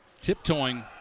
tiptoeing